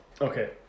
Okay